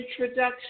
introduction